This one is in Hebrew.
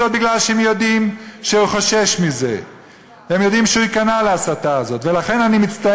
אבוי לעם שרק הסכין הפלסטינית מאחדת אותו הרב אייכלר,